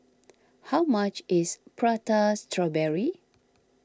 how much is Prata Strawberry